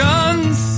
Guns